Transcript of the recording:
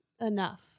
Enough